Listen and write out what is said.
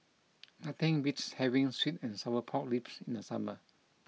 nothing beats having Sweet and Sour Pork Ribs in summer